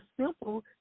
simple